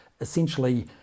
Essentially